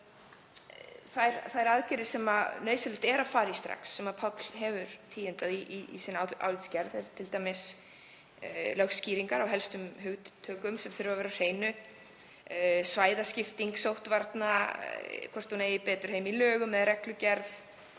það. Þær aðgerðir sem nauðsynlegt er að fara í strax, og Páll hefur tíundað í sinni álitsgerð, eru t.d. lögskýringar á helstu hugtökum sem þurfa að vera á hreinu, svæðaskipting sóttvarna og hvort hún eigi betur heima í lögum eða reglugerð